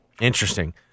Interesting